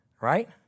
right